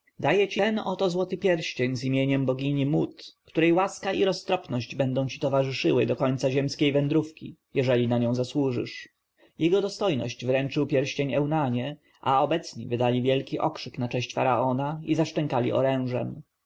daję ci ten oto pierścień z imieniem bogini mut której łaska i roztropność będą ci towarzyszyły do końca ziemskiej wędrówki jeżeli na nią zasłużysz jego dostojność wręczył pierścień eunanie a obecni wydali wielki okrzyk na cześć faraona i zaszczękali orężem